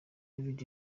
david